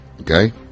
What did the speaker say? okay